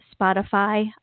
Spotify